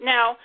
Now